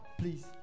please